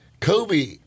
Kobe